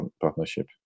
partnership